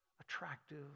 attractive